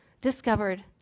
discovered